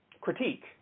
critique